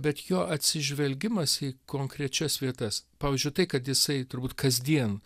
bet jo atsižvelgimas į konkrečias vietas pavyzdžiui tai kad jisai turbūt kasdien